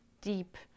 deep